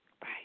Bye